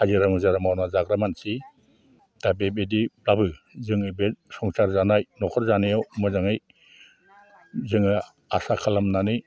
हाजिरा मुजिरा मावना जाग्रा मानसि दा बेबायदिब्लाबो जोङो बे संसार जानाय न'खर जानायाव मोजाङै जोङो आसा खालामनानै